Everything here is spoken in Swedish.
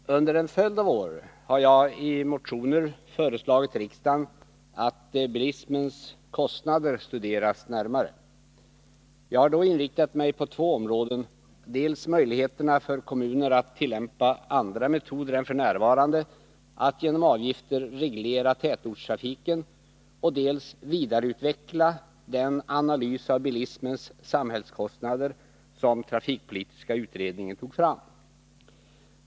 Herr talman! Under en följd av år har jag i motioner föreslagit riksdagen att bilismens kostnader bör studeras närmare. Jag har då inriktat mig på två områden: dels kommunernas möjligheter att tillämpa andra metoder än de nuvarande att genom avgifter reglera tätortstrafiken, dels en vidareutveckling av den analys av bilismens samhällskostnader som trafikpolitiska utredningen tog fram.